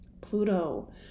Pluto